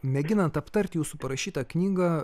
mėginant aptarti jūsų parašytą knygą